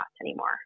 anymore